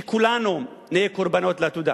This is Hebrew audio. וכולנו נהיה קורבנות להן.